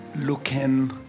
Looking